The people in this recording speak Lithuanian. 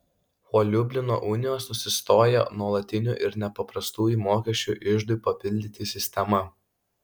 po liublino unijos nusistojo nuolatinių ir nepaprastųjų mokesčių iždui papildyti sistema